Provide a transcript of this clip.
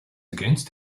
against